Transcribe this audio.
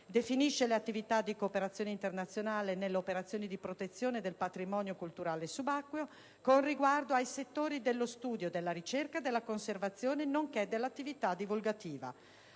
altresì le attività di cooperazione internazionale nelle operazioni di protezione del patrimonio culturale subacqueo, con riguardo ai settori dello studio, della ricerca e della conservazione, nonché dell'attività divulgativa;